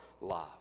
Love